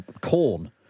corn